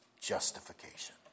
justification